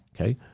Okay